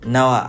Now